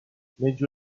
menjo